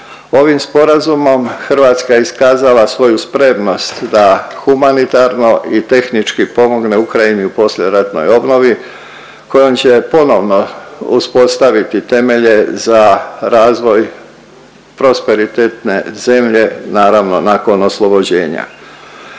Ovim sporazumom Hrvatska je iskazala svoju spremnost da humanitarno i tehnički pomogne Ukrajini u poslijeratnoj obnovi kojom će ponovno uspostaviti temelje za razvoj prosperitetne zemlje, naravno nakon oslobođenja.